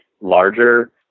larger